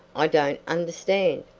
i don't understand,